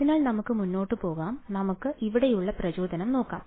അതിനാൽ നമുക്ക് മുന്നോട്ട് പോകാം നമുക്ക് ഇവിടെയുള്ള പ്രചോദനം നോക്കാം